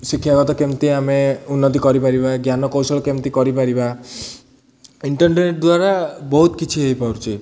ଶିକ୍ଷାଗତ କେମିତି ଆମେ ଉନ୍ନତି କରିପାରିବା ଜ୍ଞାନ କୌଶଳ କେମିତି କରିପାରିବା ଇଣ୍ଟର୍ନେଟ୍ ଦ୍ୱାରା ବହୁତ କିଛି ହେଇପାରୁଛି